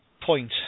point